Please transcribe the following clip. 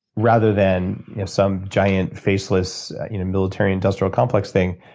rather than some giant, faceless you know military industrial complex thing,